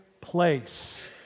place